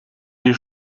des